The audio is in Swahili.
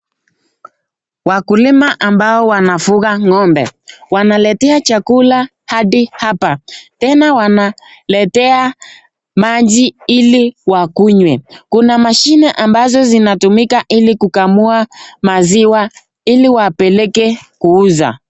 Wakulima ambao wanafuga ng'ombe wanaletea chakula hadi hapa, tena wanaletea maji ili wakunywe. Kuna mashini ambazo zinatumika ili kukamua maziwa ili wapeleke kuuza.